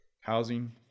housing